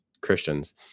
Christians